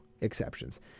exceptions